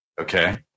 Okay